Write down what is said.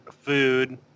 food